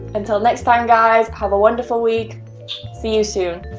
until next time, guys, have a wonderful week see you soon.